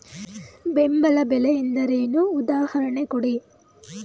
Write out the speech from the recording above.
ಬೆಂಬಲ ಬೆಲೆ ಎಂದರೇನು, ಉದಾಹರಣೆ ಕೊಡಿ?